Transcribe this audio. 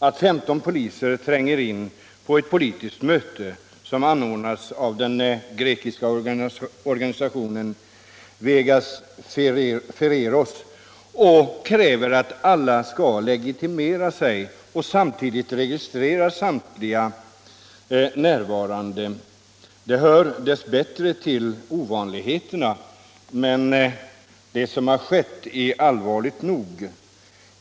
Att 15 poliser tränger in på ett politiskt möte som anordnats av den grekiska organisationen Vigas Fereos och kräver att alla skall legitimera sig och samtidigt registrerar samtliga närvarande hör dess bättre till ovanligheterna — men det som har skett är allvarligt nog.